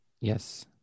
Yes